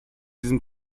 diesem